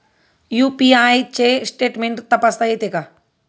UPI चे statement तपासता येते का?